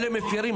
אלה מפרים.